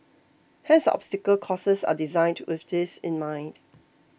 hence the obstacle courses are designed with this in mind